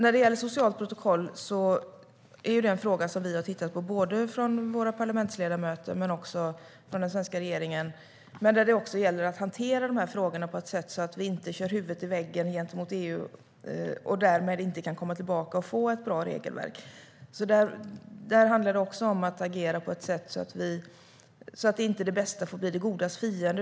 Frågan om socialt protokoll har både parlamentsledamöter och den svenska regeringen tittat på. Det gäller att hantera de frågorna på ett sådant sätt att vi inte kör huvudet i väggen gentemot EU och därmed inte kan komma tillbaka och få ett bra regelverk. Det handlar om att agera på ett sådant sätt att inte det bästa blir det godas fiende.